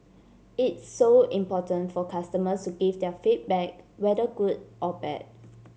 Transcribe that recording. it's so important for customers to give their feedback whether good or bad